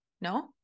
no